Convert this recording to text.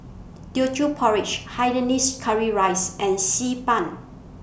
Teochew Porridge Hainanese Curry Rice and Xi Ban